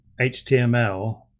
HTML